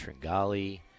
Tringali